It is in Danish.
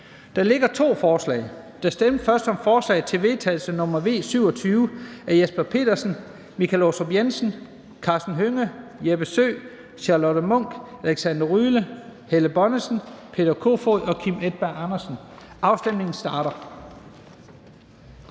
foreligger to forslag. Der stemmes først om forslag til vedtagelse nr. V 27 af Jesper Petersen (S), Michael Aastrup Jensen (V), Karsten Hønge (SF), Jeppe Søe (M), Charlotte Munch (DD), Alexander Ryle (LA), Helle Bonnesen (KF), Peter Kofod (DF) og Kim Edberg Andersen (NB), og afstemningen starter.